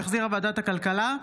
שהחזירה ועדת הכלכלה.